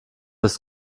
ist